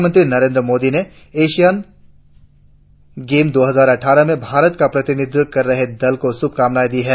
प्रधानमंत्री नरेंद्र मोदी ने Asian game दो हजार अठ्ठारह मे भारत का प्रतिनिधित्व कर रहे दल को शुभकामनाए दी है